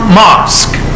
mosque